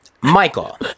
Michael